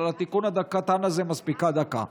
אבל לתיקון הקטן הזה מספיקה דקה.